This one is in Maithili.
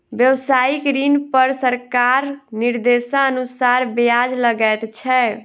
व्यवसायिक ऋण पर सरकारक निर्देशानुसार ब्याज लगैत छै